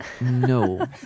No